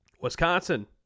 Wisconsin